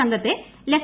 സംഘത്തെ ലഫ്